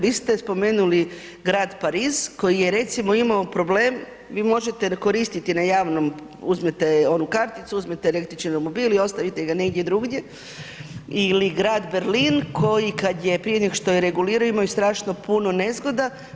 Vi ste spomenuli grad Pariz koji je recimo imao problem, vi možete koristiti na javnom, uzmete onu karticu, uzmete električni romobil i ostavite ga negdje drugdje ili Grad Berlin koji kada je prije nego što je regulirao imao je strašno puno nezgoda.